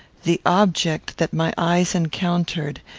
the object that my eyes encountered,